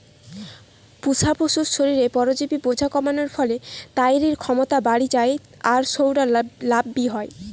পুশা পশুর শরীরে পরজীবি বোঝা কমানার ফলে তইরির ক্ষমতা বাড়ি যায় আর সউটা লাভ বি হয়